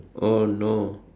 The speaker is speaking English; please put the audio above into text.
oh no